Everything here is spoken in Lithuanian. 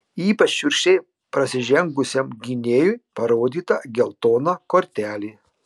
ypač šiurkščiai prasižengusiam gynėjui parodyta geltona kortelė